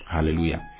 Hallelujah